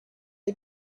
est